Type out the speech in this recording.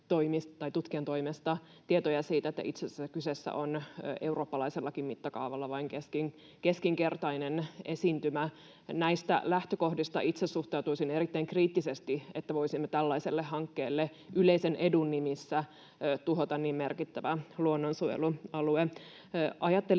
tutkijan toimesta tietoja siitä, että itse asiassa kyseessä on eurooppalaisellakin mittakaavalla vain keskinkertainen esiintymä. Näistä lähtökohdista itse suhtautuisin erittäin kriittisesti siihen, että voisimme tällaisella hankkeella yleisen edun nimissä tuhota niin merkittävän luonnonsuojelualueen.